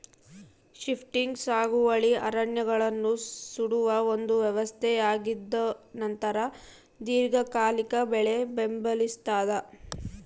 shifting ಸಾಗುವಳಿ ಅರಣ್ಯಗಳನ್ನು ಸುಡುವ ಒಂದು ವ್ಯವಸ್ಥೆಯಾಗಿದ್ದುನಂತರ ದೀರ್ಘಕಾಲಿಕ ಬೆಳೆ ಬೆಂಬಲಿಸ್ತಾದ